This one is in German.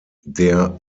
der